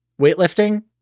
weightlifting